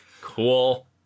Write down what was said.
Cool